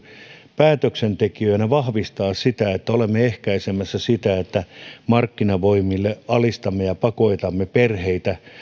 päätöksentekijöinä vahvistaa sitä että olemme ehkäisemässä sitä että markkinavoimille alistamme ja pakotamme perheitä